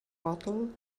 bottle